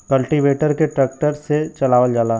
cultivator के tractor से चलावल जाला